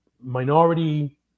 minority